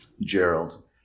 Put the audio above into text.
Gerald